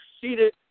seated